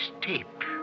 tape